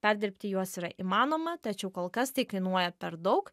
perdirbti juos yra įmanoma tačiau kol kas tai kainuoja per daug